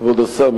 כבוד השר,